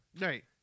Right